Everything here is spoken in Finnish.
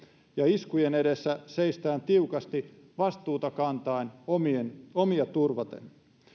ja että iskujen edessä seistään tiukasti vastuuta kantaen omia turvaten